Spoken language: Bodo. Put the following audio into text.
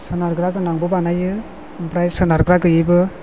सोनारग्रा गोनांबो बानायो ओमफ्राय सोनारग्रा गैयैबो